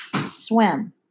swim